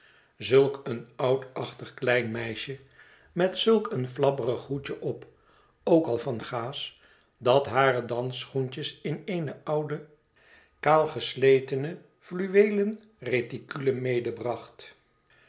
zulk een oudachtig klein meisje met zulk een fiabberig hoedje op ook al van gaas dat hare dansschoentjes in eene oude kaal gesletene fluweelen reticule